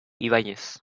ibáñez